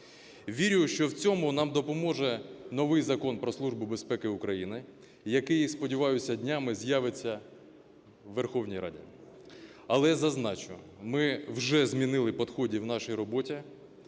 Вірю, що в цьому нам допоможе новий Закон про Службу безпеки України, який, сподіваюся, днями з'явиться у Верховній Раді. Але зазначу, ми вже змінили підходи в нашій роботі,